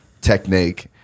technique